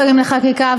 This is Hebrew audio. לחקיקה,